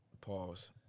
Pause